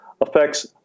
Affects